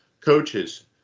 coaches